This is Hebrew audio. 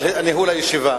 על ניהול הישיבה.